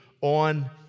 on